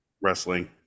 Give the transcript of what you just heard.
wrestling